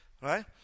right